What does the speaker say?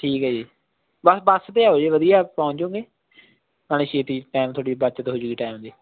ਠੀਕ ਹੈ ਜੀ ਬਸ ਬਸ 'ਤੇ ਆਓ ਜੇ ਵਧੀਆ ਪਹੁੰਚ ਜਾਉਂਗੇ ਨਾਲ ਛੇਤੀ ਟਾਈਮ ਤੁਹਾਡੀ ਬੱਚਤ ਹੋ ਜਾਉ ਟਾਈਮ ਦੀ